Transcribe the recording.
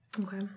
Okay